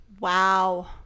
wow